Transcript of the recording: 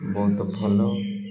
ବହୁତ ଭଲ